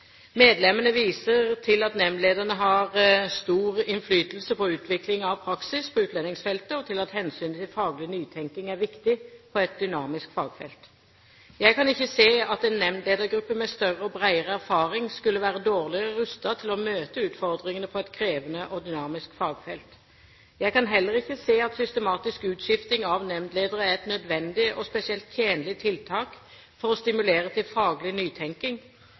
Medlemmene viser til at nemndlederne har stor innflytelse på utvikling av praksis på utlendingsfeltet og til at hensynet til faglig nytenking er viktig på et dynamisk fagfelt. Jeg kan ikke se at en nemndledergruppe med større og bredere erfaring skulle være dårligere rustet til å møte utfordringene på et krevende og dynamisk fagfelt. Jeg kan heller ikke se at systematisk utskifting av nemndledere er et nødvendig og spesielt tjenlig tiltak for å stimulere til faglig nytenking